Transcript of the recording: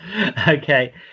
Okay